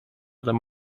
them